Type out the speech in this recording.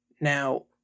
Now